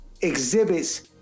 exhibits